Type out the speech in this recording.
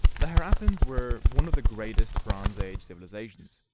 the harappans were one of the greatest bronze age civilsations.